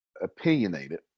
opinionated